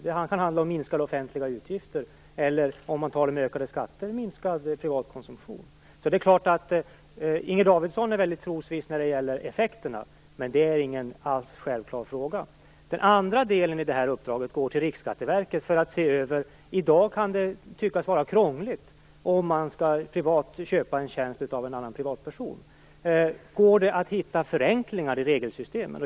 Det kan handla om minskade offentliga utgifter eller, om man tar det med ökade skatter, minskad privat konsumtion. Inger Davidson är väldigt trosviss när det gäller effekterna, men det är inte alls någon självklar fråga. Den andra delen i detta uppdrag går till Riksskatteverket. I dag kan det tyckas vara krångligt om man privat skall köpa en tjänst av en annan privatperson. Riksskatteverket skall därför se över om det går att hitta förenklingar i regelsystemen.